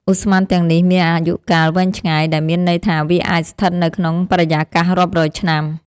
ឧស្ម័នទាំងនេះមានអាយុកាលវែងឆ្ងាយ ដែលមានន័យថាវាអាចស្ថិតនៅក្នុងបរិយាកាសរាប់រយឆ្នាំ។